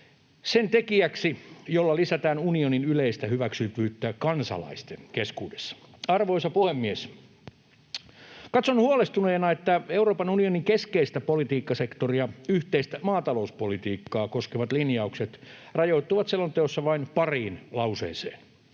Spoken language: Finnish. sen tekijäksi, jolla lisätään unionin yleistä hyväksyttävyyttä kansalaisten keskuudessa. Arvoisa puhemies! Katson huolestuneena, että Euroopan unionin keskeistä politiikkasektoria, yhteistä maatalouspolitiikkaa, koskevat linjaukset rajoittuvat selonteossa vain pariin lauseeseen.